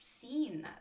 seen